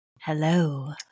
Hello